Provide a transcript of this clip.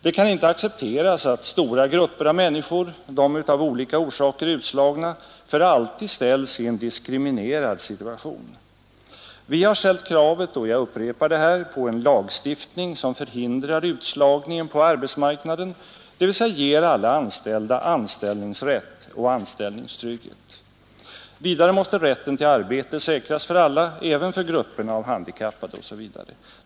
Vi kan inte acceptera att stora grupper av människor, de av olika orsaker utslagna, för alltid ställs i en diskriminerad situation. Vi har ställt krav, och jag upprepar det här, på en lagstiftning som förhindrar utslagningen på arbetsmarknaden, dvs. ger alla anställda anställningsrätt och anställningstrygghet. Vidare måste rätten till arbete säkras för alla, även för grupperna av handikappade osv.